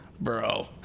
Bro